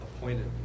appointed